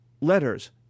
letters